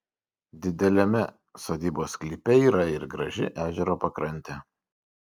dideliame sodybos sklype yra ir graži ežero pakrantė